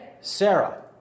Sarah